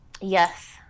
Yes